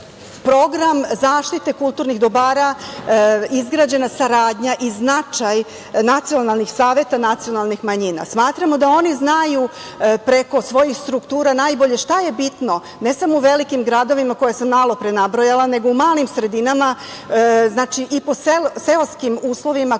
Program zaštite kulturnih dobara izgrađena saradnja i značaj nacionalnih saveta nacionalnih manjina. Smatramo da oni znaju preko svojih struktura najbolje šta je bitno, ne samo u velikim gradovima koje sam malopre nabrojala, nego u malim sredinama i po seoskim uslovima koje su svari